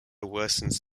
worsens